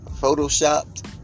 photoshopped